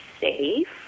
safe